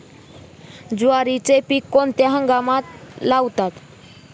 ज्वारीचे पीक कोणत्या हंगामात लावतात?